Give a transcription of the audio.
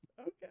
Okay